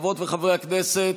חברות וחברי הכנסת,